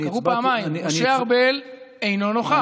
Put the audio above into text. קראו פעמיים: משה ארבל, אינו נוכח.